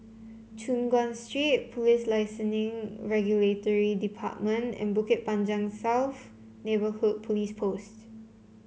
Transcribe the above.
Choon Guan Street Police Licensing Regulatory Department and Bukit Panjang South Neighbourhood Police Post